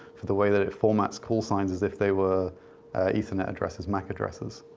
for the way that it formats callsigns, as if they were ethernet addresses, mac addresses.